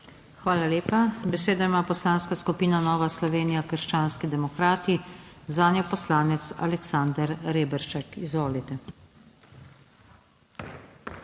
Hvala lepa. Besedo ima Poslanska skupina Nova Slovenija - Krščanski demokrati, zanjo poslanec Aleksander Reberšek. Izvolite.